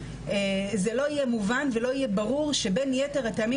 זה לא יהיה מובן ולא יהיה ברור שבין יתר הטעמים